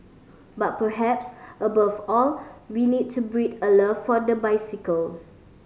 but perhaps above all we need to breed a love for the bicycle